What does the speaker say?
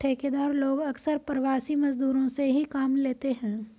ठेकेदार लोग अक्सर प्रवासी मजदूरों से ही काम लेते हैं